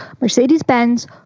Mercedes-Benz